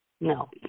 No